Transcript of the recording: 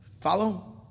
Follow